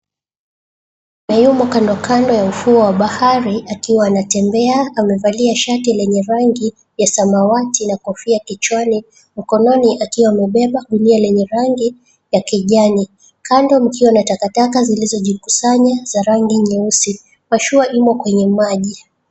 Yumo kandokando ya ufuo wa bahari akiwa anatembea amevalia shati lenye rangi ya samawati na kofia kichwani, mkononi akiwa amebeba gunia lenye rangi ya kijani. Kando kukiwa na takataka zilizojikusanya la rangi nyeusi. Mashua imo kwenye maji.